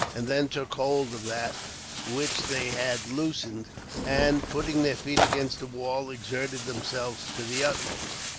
and then took hold of that which they had loosened and, putting their feet against the wall, exerted themselves to the utmost.